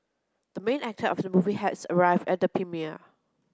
the main actor of the movie has arrived at the premiere